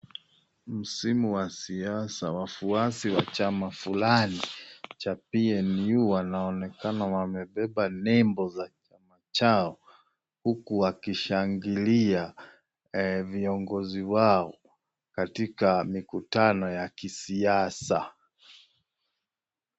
Msimu wa siasa, wafuasi wa chama fulani, cha PNU wanaonekana wamebeba nembo za chama chao, huku wakishangilia viongozi wao katika mikutano ya kisiasa.